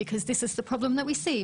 כי זה הבעיה שאנחנו רואים.